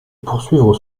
poursuivre